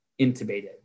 Intubated